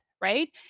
right